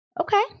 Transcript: Okay